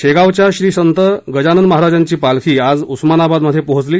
शेगावच्या श्री संत गजानन महाराजांची पालखी आज उस्मानाबादमध्ये पोहोचली